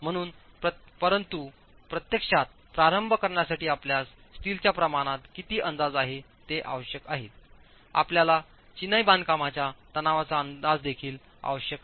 म्हणून परंतु प्रत्यक्षात प्रारंभ करण्यासाठी आपल्यास स्टीलच्या प्रमाणात किती अंदाज आहे ते आवश्यक आहेतआपल्याला चिनाई बांधकामांच्या तणावाचा अंदाज देखील आवश्यक आहे